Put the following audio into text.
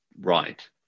right